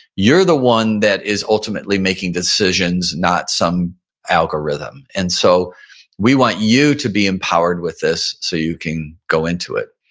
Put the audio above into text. you're the one that is ultimately making the decisions, not some algorithm. and so we want you to be empowered with this so you can go into it.